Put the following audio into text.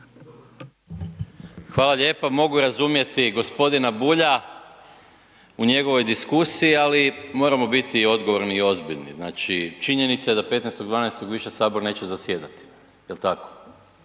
Hvala lijepo. Mogu razumjeti g. Bulja u njegovoj diskusiji, ali moramo biti i odgovorni i ozbiljni. Znači činjenica je da 15.12. više Sabor neće zasjedati.